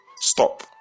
Stop